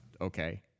Okay